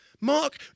Mark